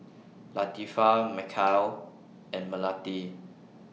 Latifa Mikhail and Melati